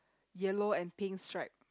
yellow and pink stripe